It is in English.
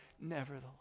nevertheless